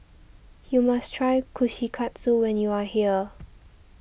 you must try Kushikatsu when you are here